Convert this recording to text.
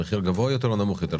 המחיר גבוה יותר או נמוך יותר,